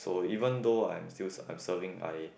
so even though I'm still I'm serving I